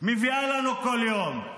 מביאה לנו בכל יום.